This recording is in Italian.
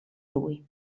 lui